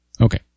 Okay